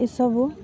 ଏସବୁ